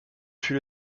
fut